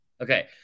Okay